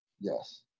yes